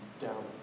down